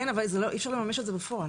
כן, אבל אי אפשר לממש את זה בפועל.